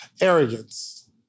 arrogance